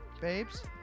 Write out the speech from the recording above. babes